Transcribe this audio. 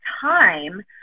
time